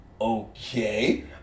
okay